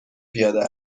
پیاده